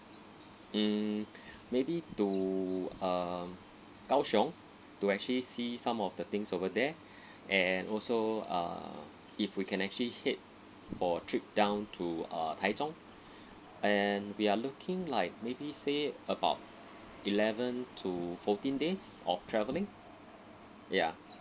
mm maybe to uh kaohsiung to actually see some of the things over there and also uh if we can actually head for a trip down to uh taichung and we are looking like maybe say about eleven to fourteen days of travelling ya